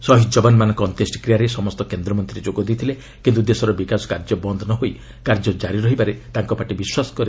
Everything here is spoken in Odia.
ଶହୀଦ୍ ଯବାନମାନଙ୍କ ଅନ୍ତେଷ୍ଟିକ୍ରିୟାରେ ସମସ୍ତ କେନ୍ଦ୍ର ମନ୍ତ୍ରୀ ଯୋଗ ଦେଇଥିଲେ କିନ୍ତୁ ଦେଶର ବିକାଶ କାର୍ଯ୍ୟ ବନ୍ଦ ନ ହୋଇ କାର୍ଯ୍ୟ କାରି ରହିବାରେ ତାଙ୍କ ପାର୍ଟି ବିଶ୍ୱାସ କରେ